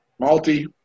malty